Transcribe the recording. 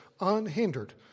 unhindered